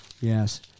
Yes